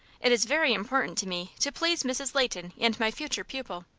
it is very important to me to please mrs. leighton and my future pupil.